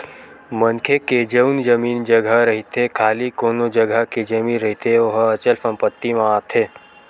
मनखे के जउन जमीन जघा रहिथे खाली कोनो जघा के जमीन रहिथे ओहा अचल संपत्ति म आथे